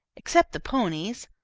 except the ponies.